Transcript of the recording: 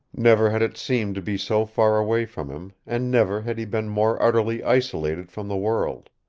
never had it seemed to be so far away from him, and never had he been more utterly isolated from the world.